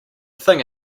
thing